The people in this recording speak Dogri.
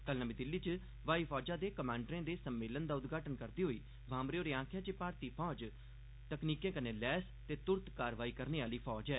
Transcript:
कल नमीं दिल्ली च ब्हाई फौज दे कमांडरें दे सम्मेलन दा उद्घाटन करदे होई भामरे होरें आखेआ जे भारती ब्हाई फौज तकनीकें कन्नै लैस ते तुरत कार्रवाई करने आह्ली फौज ऐ